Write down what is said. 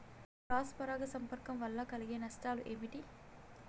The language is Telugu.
క్రాస్ పరాగ సంపర్కం వల్ల కలిగే నష్టాలు ఏమిటి?